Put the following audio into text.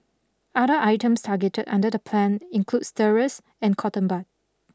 other items targeted under the plan includes stirrers and cotton bud